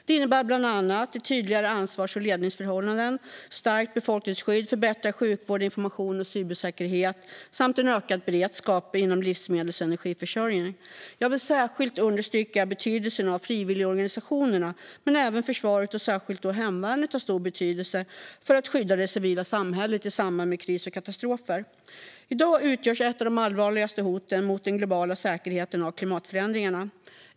Det innebär bland annat tydligare ansvars och ledningsförhållanden, stärkt befolkningsskydd, förbättrad sjukvård och informations och cybersäkerhet samt ökad beredskap inom livsmedels och energiförsörjning. Jag vill särskilt understryka betydelsen av frivilligorganisationerna men även försvaret. Särskilt hemvärnet har stor betydelse för att skydda det civila samhället i samband med kris och katastrofer. I dag utgörs ett av de allvarligaste hoten mot den globala säkerheten av klimatförändringarna.